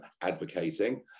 advocating